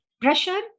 pressure